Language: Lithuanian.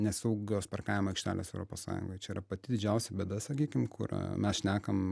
nesaugios parkavimo aikštelės europos sąjungoje čia yra pati didžiausia bėda sakykim kur mes šnekam